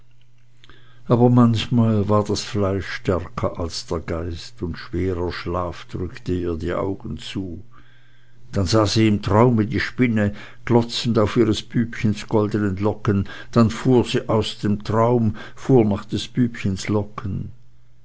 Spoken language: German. aber manchmal war das fleisch stärker als der geist und schwerer schlaf drückte ihr die augen zu dann sah sie im traume die spinne glotzend auf ihres bübchens goldenen locken dann fuhr sie aus dem traume fuhr nach des bübchen locken